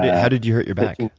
how did you hurt your back?